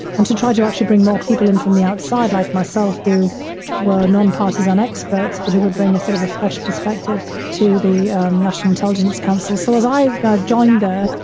and to try to actually bring more people in from the outside like myself who were nonpartisan experts, but who would bring a sort of a fresh perspective to the national intelligence council. so, as i got joined there,